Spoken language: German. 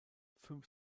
fünf